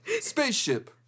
Spaceship